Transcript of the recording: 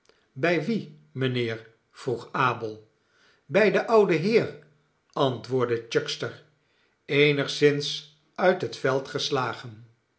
bij wien mijnheer vroeg abel bij den ouden heer antwoordde chuckster eenigszins uit het veld geslagen